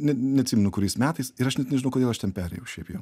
ne neatsimenu kuriais metais ir aš net nežinau kodėl aš ten perėjau šiaip jau